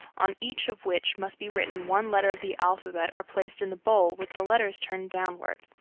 on each of which must be written one letter of the alphabet, are placed in the bowl with the letters turned downward.